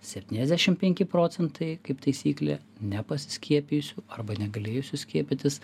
septyniasdešim penki procentai kaip taisyklė nepasiskiepijusių arba negalėjusių skiepytis